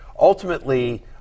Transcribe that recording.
ultimately